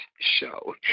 show